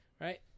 Right